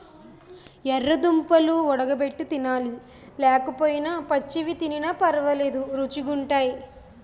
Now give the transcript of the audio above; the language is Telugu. యెర్ర దుంపలు వుడగబెట్టి తినాలి లేకపోయినా పచ్చివి తినిన పరవాలేదు రుచీ గుంటయ్